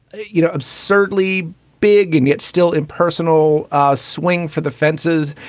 you know, absurdly big and yet still impersonal ah swing for the fences.